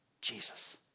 Jesus